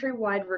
countrywide